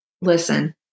Listen